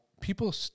people